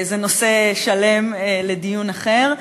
זה נושא שלם, לדיון אחר.